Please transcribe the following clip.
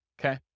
okay